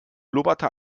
blubberte